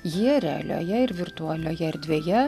jie realioje ir virtualioje erdvėje